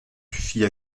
suffit